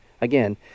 again